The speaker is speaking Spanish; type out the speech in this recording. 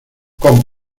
con